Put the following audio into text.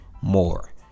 More